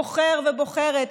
בוחר ובוחרת,